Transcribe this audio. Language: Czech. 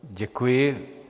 Děkuji.